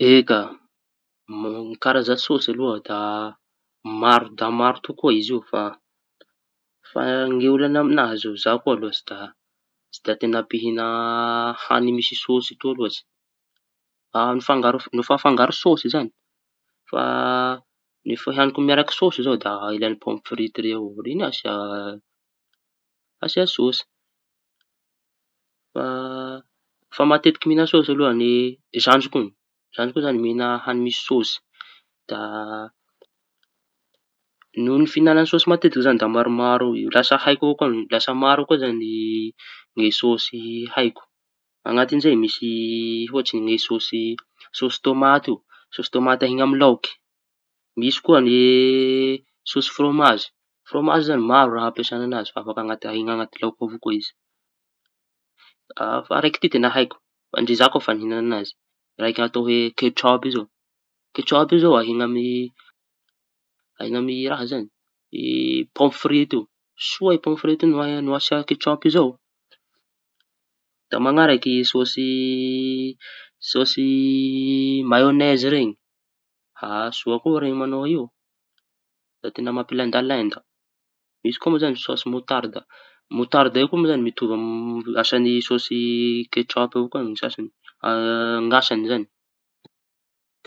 Eka, karaza sôsy loa da maro da maro tokoa izy io. Fa ny olaña amiñazy io za ko aloha da tsy teña mpihiña a- hañi misy sôsy toa lôtsy ami- no fa- afangaro sôsy zañy. Fa ny fihañiko miaraky sôsy zao da lay pômy frity reo reñy da asia sôsy. Fa fa matetiky mihiña sôsy aloha ny zandriko iñy. Ny zandriko iñy zañy e mihiñana hañi misy saosy. Da noho ny fihiñany saosy matetiky zañy da lasa haiko, da lasa maro maro avao da lasa koa ny saosy ny haiko. Añatin'izay misy sôsy tômaty io tômaty sôsy ahiaña amy laoky. Misy koa ny sôsy fromazy, fromazy zañy maro raha ampiasaña añazy fa afaky ahiña añaty lôky avao koa izy. A fa raiky tia teña haiko ndre za koa efa nihiñana añazy raiky atao oe ketsaopy zao. Ketsaopy zao ahiaña amy ahiña raha zañy pômy frity io soa i pômy frity no ahi - asia ketsaopy zao da mañaraky sôsy sôsy maiôñezy reñy. Ah soa koa reñy mañao io da teña mampilendalenda. Misy koa moa zañy sôsy motarda motarda io koa moa zañy mitovy amy sôsy ketsaopy avao koa zañy ny sasañy ny asañy zañy.